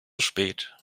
spät